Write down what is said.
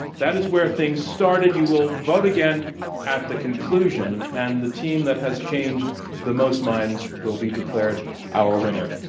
that is where things started. you will vote again at the conclusion and the team that has changed the most minds will be declared our winner.